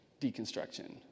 deconstruction